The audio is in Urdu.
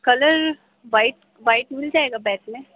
کلر وائٹ وائٹ مل جائےگا بیک میں